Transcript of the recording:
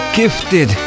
gifted